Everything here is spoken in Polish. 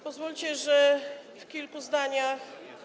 Pozwólcie, że w kilku zdaniach.